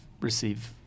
receive